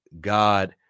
god